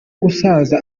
gusaza